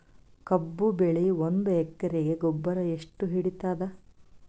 ಕಬ್ಬು ಬೆಳಿ ಒಂದ್ ಎಕರಿಗಿ ಗೊಬ್ಬರ ಎಷ್ಟು ಹಿಡೀತದ?